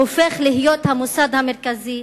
הופך להיות המוסד המרכזי,